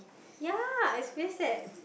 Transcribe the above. ya it's very sad